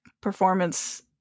performance